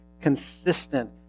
consistent